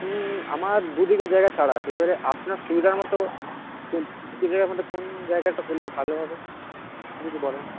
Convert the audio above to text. আমার দুদিকে জায়গা ছাড়া আছে এবারে আপনার সুবিধার মতো দুটো জায়গার মধ্যে কোন জায়গাটা করলে ভালো হবে যদি বলেন